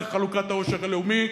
חלוקת העושר הלאומי,